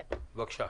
בבקשה.